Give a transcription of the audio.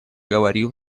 говорил